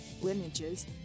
lineages